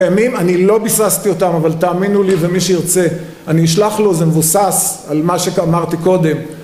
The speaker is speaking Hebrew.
הימים. אני לא ביססתי אותם, אבל תאמינו לי, ומי שירצה אני אשלח לו, זה מבוסס על מה שאמרתי קודם.